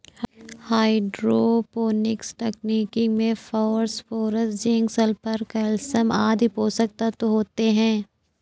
hydroponics तकनीक में phosphorus, zinc, sulphur, calcium आदि पोषक तत्व होते है